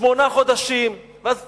שמונה חודשים, ואז